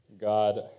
God